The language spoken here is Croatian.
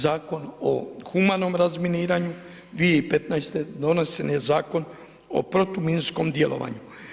Zakon o humanom razminiranju, 2015. donesen je Zakon o protuminskom djelovanju.